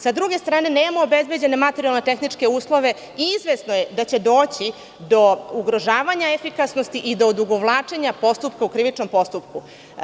Sa druge strane, nemamo obezbeđene materijalno-tehničke uslove i izvesno je da će doći do ugrožavanja efikasnosti i do odugovlačenja postupka u krivičnom postupku.